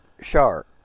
shark